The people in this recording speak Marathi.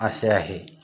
असे आहे